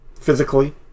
physically